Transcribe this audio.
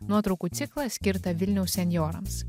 nuotraukų ciklą skirtą vilniaus senjorams